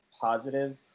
positive